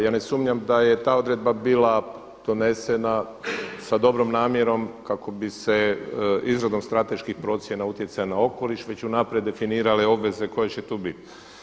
Ja ne sumnjam da je ta odredba bila donesena sa dobrom namjerom kako bi se izradom strateških procjena utjecaja na okoliš već unaprijed definirale obveze koje će tu biti.